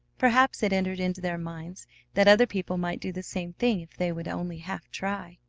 perhaps it entered into their minds that other people might do the same thing if they would only half try.